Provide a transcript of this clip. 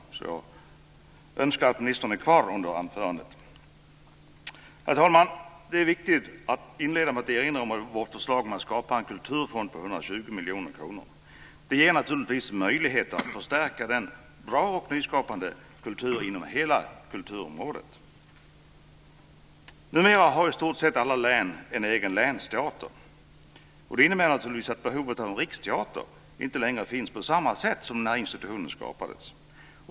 Därför önskar jag att ministern är kvar under anförandet. Herr talman! Det är viktigt att inleda med att erinra om vårt förslag om att skapa en kulturfond på 120 miljoner kronor. Det ger naturligtvis möjligheter att förstärka en bra och nyskapande kultur inom hela kulturområdet. Numera har i stort sett alla län en egen länsteater. Det innebär naturligtvis att behovet av en riksteater inte längre finns på samma sätt som när institutionen skapades.